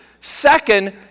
Second